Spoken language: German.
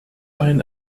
einen